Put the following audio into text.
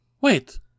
Wait